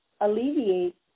alleviate